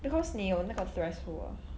because 你有那个 threshold ah